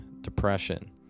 depression